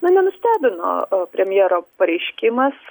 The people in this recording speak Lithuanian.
na nenustebino premjero pareiškimas